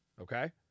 okay